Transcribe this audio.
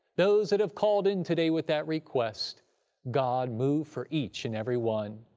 those that have called in today with that request god, move for each and every one.